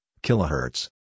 kilohertz